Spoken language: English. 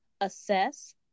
assess